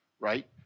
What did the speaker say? Right